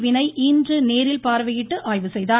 வினய் இன்று நேரில் பார்வையிட்டு ஆய்வு செய்தார்